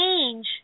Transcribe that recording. change